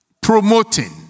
promoting